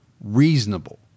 reasonable